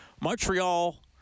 Montreal